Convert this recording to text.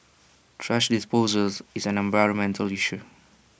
thrash disposals is an environmental issue